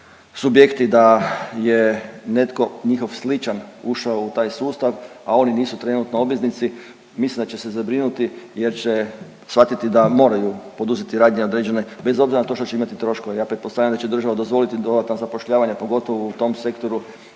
subjekti da je netko njihov sličan ušao u taj sustav, a oni nisu trenutno obveznici, mislim da će se zabrinuti jer će svatiti da moraju poduzeti radnje određene, bez obzira na to što će imat troškove. Ja pretpostavljam da će država dozvoliti dodatna zapošljavanja, pogotovo u tom sektoru